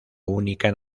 única